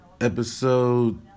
Episode